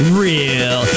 real